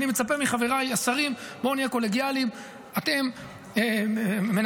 אני מצפה מחבריי השרים, בואו נהיה קולגיאליים.